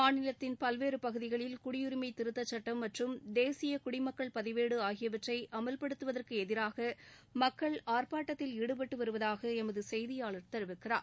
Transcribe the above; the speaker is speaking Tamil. மாநிலத்தின் பல்வேறு பகுதிகளில் குடியுரிமை திருத்த சுட்டம் மற்றும் தேசிய குடிமக்கள் பதிவேடு ஆகியவற்றை அமல்படுத்துவதற்கு எதிராக மக்கள் ஆர்ப்பாட்டத்தில் ஈடுபட்டு வருவதாக எமது செய்தியாளர் தெரிவிக்கிறார்